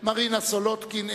מרינה סולודקין,